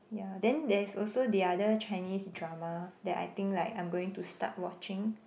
ya then there's also the other Chinese drama that I think like I'm going to start watching